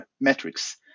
metrics